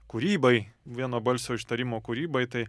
kūrybai vieno balsio ištarimo kūrybai tai